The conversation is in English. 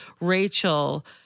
Rachel